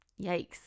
Yikes